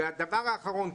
הדבר האחרון.